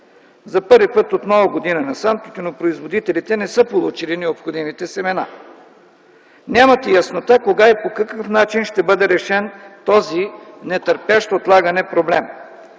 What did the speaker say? За пръв път от много години насам тютюнопроизводителите не са получили необходимите семена, нямат и яснота по какъв начин ще бъде решен този нетърпящ отлагане проблем.